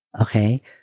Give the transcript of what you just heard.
okay